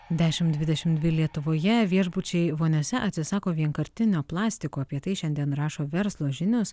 dešimt dvidešim dvi lietuvoje viešbučiai voniose atsisako vienkartinio plastiko apie tai šiandien rašo verslo žinios